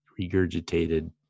regurgitated